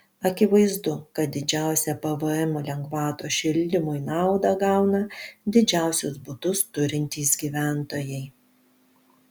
akivaizdu kad didžiausią pvm lengvatos šildymui naudą gauna didžiausius butus turintys gyventojai